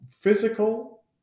physical